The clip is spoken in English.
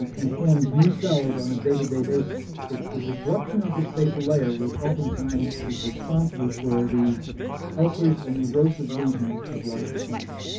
and forms new cells on a day-to-day basis. it's the disruption of the spacer layer which oftentimes is responsible for the ulcers and erosive lesions of lichen planus.